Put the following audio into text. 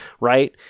right